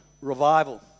Revival